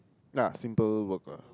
ah simple work lah